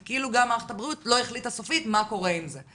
כי כאילו גם מערכת הבריאות לא החליטה סופית מה קורה עם זה.